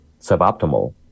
suboptimal